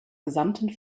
gesamten